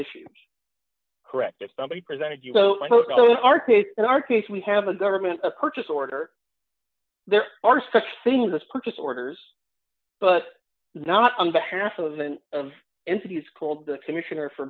issued correct if somebody presented you so hard in our case we have a government a purchase order there are such things as purchase orders but not on behalf of and of entities called the commissioner for